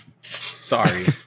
Sorry